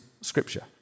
Scripture